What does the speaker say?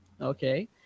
Okay